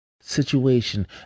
situation